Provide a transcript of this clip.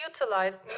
utilized